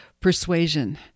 persuasion